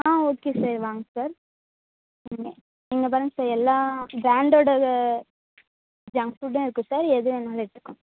ஆ okay sir வாங்க sir ஆ இங்கே பாருங்கள் சார் எல்லா ஃபிராண்டட் ஜங்க் ஃபுட்டும் இருக்கு சார் எது வேணுனாலும் எடுத்துக்கலாம்